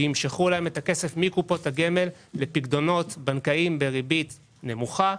וימשכו להם את הכסף מקופות הגמל לפיקדונות בנקאיים בריבית נמוכה,